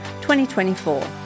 2024